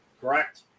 correct